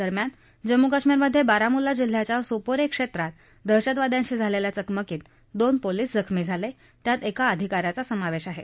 दरम्यान जम्मू कश्मीरमधे बाराम्ल्ला जिल्ह्याच्या सोपोरे क्षेत्रात दहशतवाद्यांशी झालेल्या चकमकीत दोन पोलीस जखमी झाले त्यात एका अधिकाऱ्याचा समावेश आहे